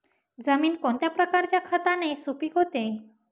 जमीन कोणत्या प्रकारच्या खताने सुपिक होते?